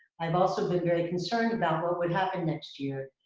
i've also been very concerned about what would happen next year,